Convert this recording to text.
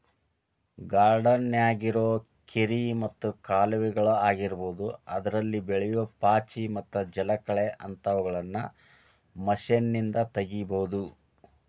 ಗಾರ್ಡನ್ಯಾಗಿರೋ ಕೆರಿ ಮತ್ತ ಕಾಲುವೆಗಳ ಆಗಿರಬಹುದು ಅದ್ರಲ್ಲಿ ಬೆಳಿಯೋ ಪಾಚಿ ಮತ್ತ ಜಲಕಳೆ ಅಂತವುಗಳನ್ನ ಮಷೇನ್ನಿಂದ ತಗಿಬಹುದು